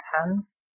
hands